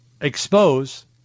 expose